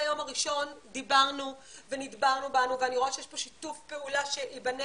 מהיום הראשון דיברנו ונדברנו ואני רואה שיש פה שיתוף פעולה שייבנה